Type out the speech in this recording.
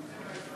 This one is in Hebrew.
נתקבל.